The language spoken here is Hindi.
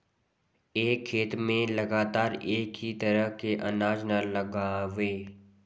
एक खेत में लगातार एक ही तरह के अनाज न लगावें